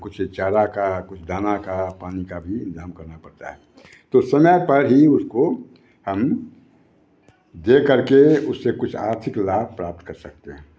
कुछ चारा का कुछ दाना का पानी का भी इंतजाम करना पड़ता है तो समय पर ही उसको हम दे करके उससे कुछ आर्थिक लाभ प्राप्त कर सकते हैं